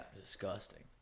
disgusting